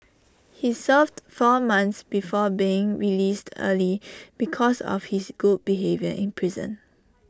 he served four months before being released early because of his good behaviour in prison